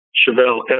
chevelle